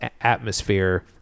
atmosphere